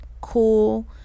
cool